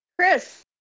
Chris